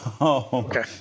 Okay